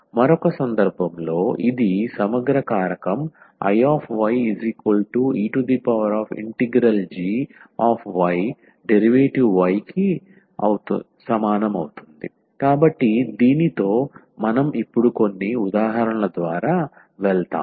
మరొక సందర్భంలో ఇది సమగ్ర కారకం Iye∫gydy కాబట్టి దీనితో మనం ఇప్పుడు కొన్ని ఉదాహరణల ద్వారా వెళ్తాము